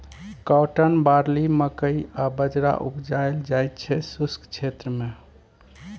cotton, barley, मकइ आ बजरा उपजाएल जाइ छै शुष्क क्षेत्र मे